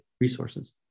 resources